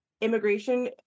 immigration